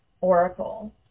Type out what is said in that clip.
oracle